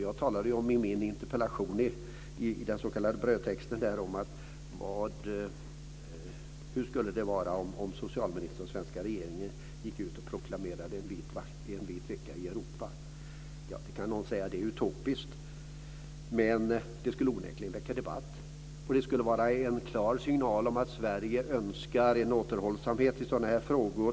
Jag undrade i brödtexten till min interpellation hur det skulle vara om socialministern och den svenska regeringen proklamerade en vit vecka i Europa. Någon kan säga att detta är utopiskt, men det skulle onekligen väcka debatt. Det skulle vara en klar signal om att Sverige önskar en återhållsamhet i sådana här frågor.